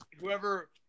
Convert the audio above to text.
whoever –